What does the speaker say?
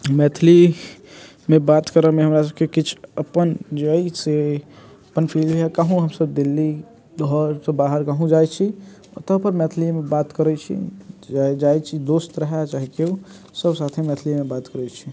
मैथिलीमे बात करऽमे हमरा सभकेँ किछु अपन जे अछि से अपन फीलिङ्ग कहुँ हम सभ दिल्ली घर से बाहर कहुँ जाइत छी ओतहुँ तऽ मैथलियेमे बात करैत छी जाइत छी दोस्त रहै चाहै केओ सभ साथे मैथलियेमे बात करैत छी